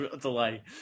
delay